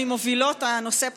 ממובילות הנושא פה,